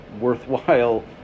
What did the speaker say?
worthwhile